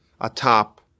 atop